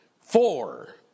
Four